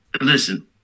Listen